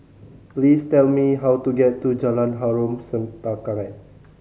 please tell me how to get to Jalan Harom Setangkai